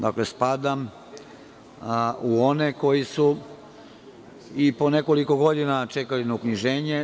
Dakle, spadam u one koji su i po nekoliko godina čekali na uknjiženje.